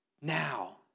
now